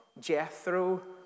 Jethro